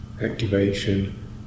Activation